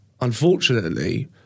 unfortunately